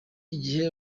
igihe